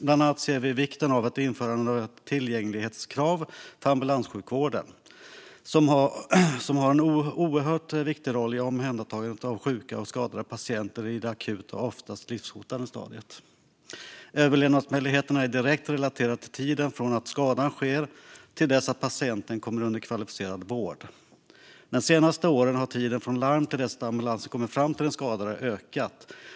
Bland annat ser vi vikten av att införa ett tillgänglighetskrav för ambulanssjukvården, som har en oerhört viktig roll i omhändertagandet av sjuka och skadade patienter i det akuta och ofta livshotande stadiet. Överlevnadsmöjligheterna är direkt relaterade till tiden från att skadan sker till dess att patienten kommer under kvalificerad vård. De senaste åren har tiden från larm till dess att ambulans kommer fram till den skadade ökat.